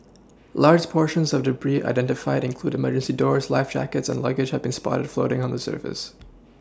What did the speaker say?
large portions of debris identified include the emergency doors life jackets and luggage have been spotted floating on the surface